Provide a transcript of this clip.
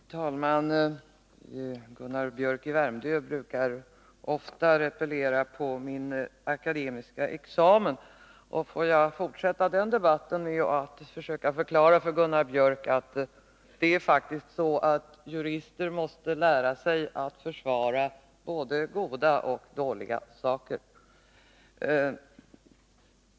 Fru talman! Gunnar Biörck i Värmdö replierar ofta på min akademiska examen. Låt mig fortsätta den debatten med att för Gunnar Biörck förklara att jurister faktiskt måste lära sig att försvara både goda och dåliga saker.